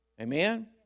Amen